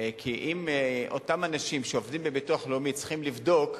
כי אם אותם אנשים שעובדים בביטוח לאומי צריכים לבדוק,